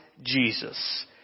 Jesus